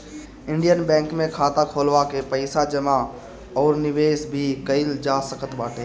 Indian Bank में खाता खोलवा के पईसा जमा अउरी निवेश भी कईल जा सकत बाटे